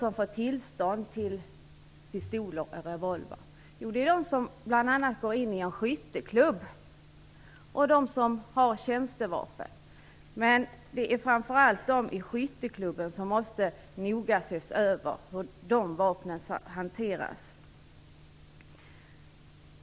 Vem får då tillstånd för pistol och revolver? Jo, det är bl.a. de som går med i en skytteklubb och de som har tjänstevapen. Det som framför allt måste ses över noga är hur de i skytteklubben hanterar sina vapen.